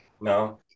No